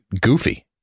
goofy